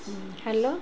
hello